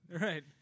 Right